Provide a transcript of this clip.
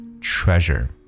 treasure